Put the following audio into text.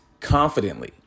confidently